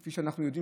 כפי שאנחנו יודעים